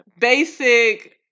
basic